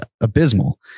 abysmal